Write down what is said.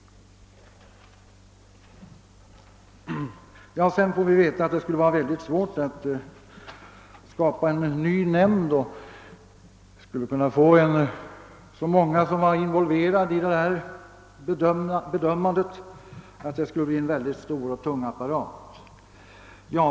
Sedan får vi höra att det skulle vara svårt att tillsätta en ny nämnd och att det skulle bli en stor och tungrodd apparat med tanke på hur många som är involverade i bedömningen.